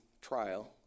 trial